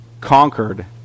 conquered